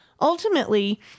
ultimately